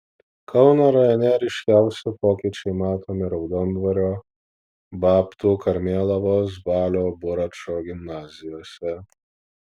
kauno rajone ryškiausi pokyčiai matomi raudondvario babtų karmėlavos balio buračo gimnazijose